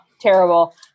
terrible